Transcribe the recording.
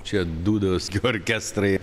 čia dūdos orkestrai